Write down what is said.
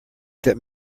that